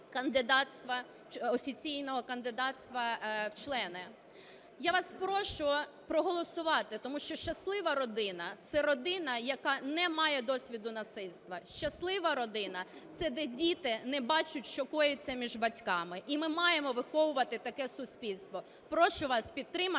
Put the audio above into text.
Я вас прошу проголосувати. Тому що щаслива родина – це родина, яка не має досвіду насильства. Щаслива родина – це де діти не бачать, що коїться між батьками. І ми маємо виховувати таке суспільство. Прошу вас підтримати